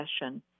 session